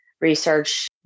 research